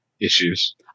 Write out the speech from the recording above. issues